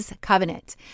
covenant